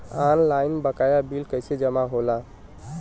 Online बकाया bill कैसे जमा होला?